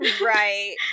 Right